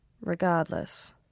Regardless